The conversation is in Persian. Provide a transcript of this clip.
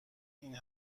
این